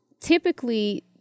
typically